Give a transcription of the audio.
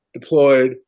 deployed